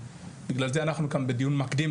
בגלל זה אנחנו כאן בדיון מקדים,